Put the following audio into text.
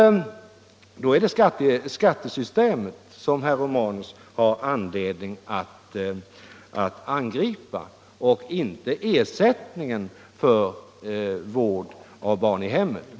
Då är det skattesystemet som herr Romanus har anledning att angripa och inte ersättningen för vård av barn i hemmet.